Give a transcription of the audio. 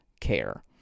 care